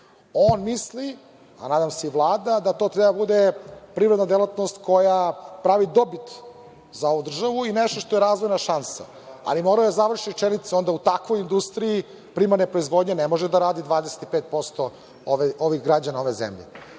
On misli, a nadam se i Vlada, da to treba da bude privredna delatnost koja pravi dobit za ovu državu i nešto što je razvojna šansa, ali morao je da završi rečenicu – onda u takvoj industriji primarne proizvodnje ne može da radi 25% ovih građana ove zemlje.